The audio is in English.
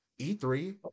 E3